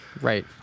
Right